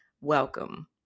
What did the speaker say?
welcome